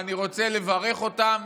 אני רוצה לברך אותם,